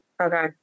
Okay